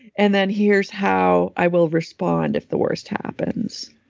and then here's how i will respond if the worst happens.